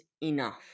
enough